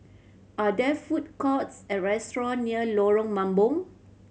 are there food courts or restaurant near Lorong Mambong